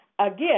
Again